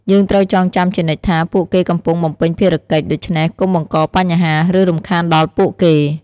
យើងត្រូវចងចាំជានិច្ចថា ពួកគេកំពុងបំពេញភារកិច្ច ដូច្នេះកុំបង្កបញ្ហា ឬរំខានដល់ពួកគេ។